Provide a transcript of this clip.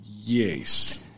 Yes